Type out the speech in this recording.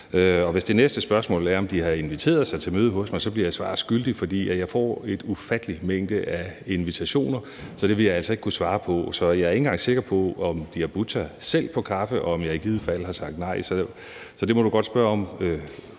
Hvis det næste spørgsmål er, om de har inviteret sig selv til et møde hos mig, så bliver jeg svar skyldig, for jeg får en ufattelig mængde af invitationer. Så det vil jeg altså ikke kunne svare på. Jeg er ikke engang sikker på, om de har budt sig selv på kaffe, og om jeg i givet fald har sagt nej. Så det må fru Mona Juul godt spørge om,